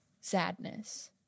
sadness